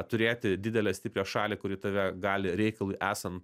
turėti didelę stiprią šalį kuri tave gali reikalui esant